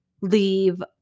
leave